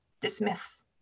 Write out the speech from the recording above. dismiss